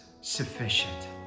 sufficient